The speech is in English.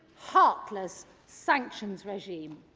heartless sanctions regime.